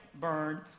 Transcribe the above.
burned